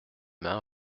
mains